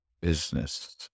Business